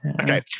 okay